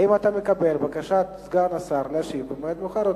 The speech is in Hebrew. האם אתה מקבל בקשת סגן השר להשיב במועד מאוחר יותר?